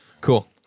Cool